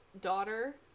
daughter